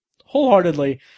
wholeheartedly